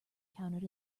counted